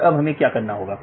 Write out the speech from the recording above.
और अब हमें क्या करना होगा